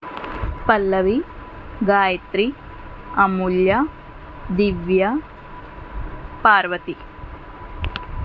Pallavi Gayatri Amulya Divya Parvati